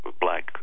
black